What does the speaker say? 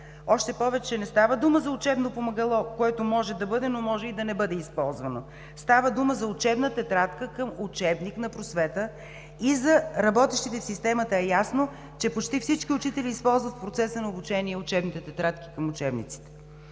още повече че не става дума за учебно помагало, което може да бъде, но може и да не бъде използвано. Става дума за учебна тетрадка към учебник на „Просвета“. За работещите в системата е ясно, че почти всички учители в процеса на обучение използват учебните тетрадки към учебниците.